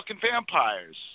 vampires